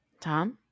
Tom